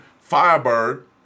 Firebird